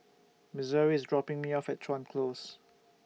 Missouri IS dropping Me off At Chuan Close